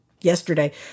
yesterday